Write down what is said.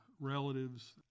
relatives